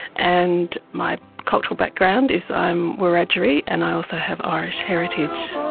and my cultural background is i'm wiradjuri and i also have irish heritage.